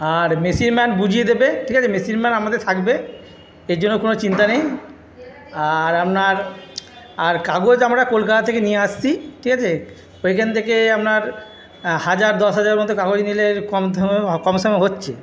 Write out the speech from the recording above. আর machine man বুঝিয়ে দেবে ঠিক আছে মেশিন ম্যান আমাদের থাকবে এর জন্য কোনো চিন্তা নেই আর আপনার আর কাগজ আমরা কলকাতা থেকে নিয়ে আসছি ঠিক আছে ওইখান থেকে আপনার হাজার দশ হাজারের মতো কাগজ নিলে কম কমসমে হচ্ছে